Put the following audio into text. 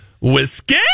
Whiskey